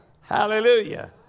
Hallelujah